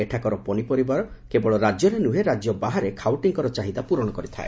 ଏଠାକାର ପନିପବରିବାର କେବଳ ରାଜ୍ୟରେ ନୁହେଁ ରାଜ୍ୟ ବାହାରେ ଖାଉଟିଙ୍କ ଚାହିଦା ପ୍ରରଣ କରିଥାଏ